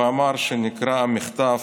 במאמר שנקרא "המחטף",